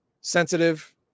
Sensitive